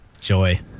joy